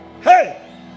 Hey